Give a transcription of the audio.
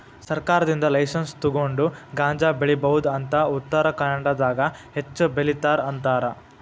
ಸರ್ಕಾರದಿಂದ ಲೈಸನ್ಸ್ ತುಗೊಂಡ ಗಾಂಜಾ ಬೆಳಿಬಹುದ ಅಂತ ಉತ್ತರಖಾಂಡದಾಗ ಹೆಚ್ಚ ಬೆಲಿತಾರ ಅಂತಾರ